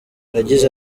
yagize